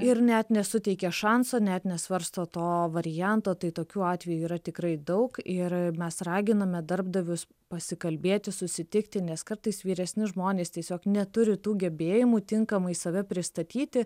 ir net nesuteikia šanso net nesvarsto to varianto tai tokių atvejų yra tikrai daug ir mes raginame darbdavius pasikalbėti susitikti nes kartais vyresni žmonės tiesiog neturi tų gebėjimų tinkamai save pristatyti